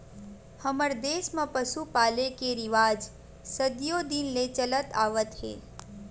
हमर देस म पसु पाले के रिवाज सदियो दिन ले चलत आवत हे